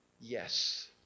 yes